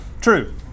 true